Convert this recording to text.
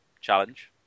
challenge